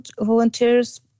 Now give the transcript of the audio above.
volunteers